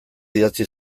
idatzi